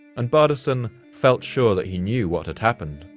and bardason felt sure that he knew what had happened.